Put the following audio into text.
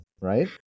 right